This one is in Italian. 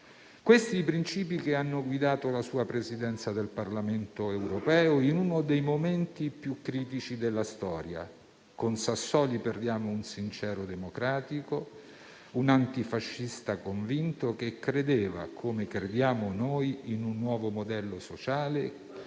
Questi i principi che hanno guidato la sua Presidenza del Parlamento europeo in uno dei momenti più critici della storia. Con Sassoli perdiamo un sincero democratico, un antifascista convinto che credeva, come crediamo noi, in un nuovo modello sociale